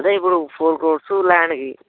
అంటే ఇప్పుడు ఫోర్ క్రోర్సు ల్యాండ్కి